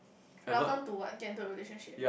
we often to what get into relationship